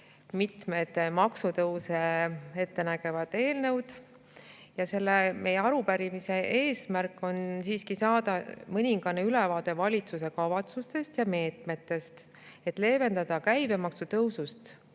mitmed maksutõuse ette nägevad eelnõud. Meie arupärimise eesmärk on siiski saada mõningane ülevaade valitsuse kavatsustest ja meetmetest, millega leevendada käibemaksu tõusust